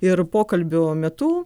ir pokalbių metu